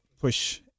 push